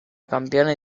campione